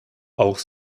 auch